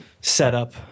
setup